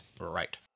Right